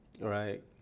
Right